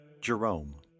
Jerome